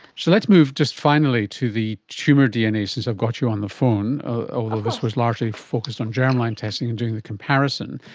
so let's move just finally to the tumour dna, since i've got you on the phone, although this was largely focused on germline testing and doing the comparison.